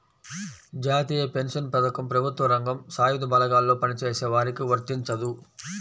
జాతీయ పెన్షన్ పథకం ప్రభుత్వ రంగం, సాయుధ బలగాల్లో పనిచేసే వారికి వర్తించదు